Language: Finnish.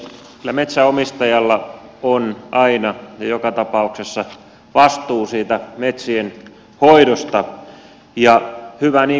kyllä metsänomistajalla on aina ja joka tapauksessa vastuu siitä metsien hoidosta ja hyvä niin kuin on